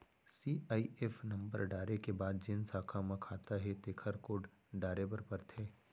CIF number डारे के बाद जेन साखा म खाता हे तेकर कोड डारे बर परथे